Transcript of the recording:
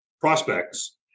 prospects